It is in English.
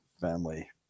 family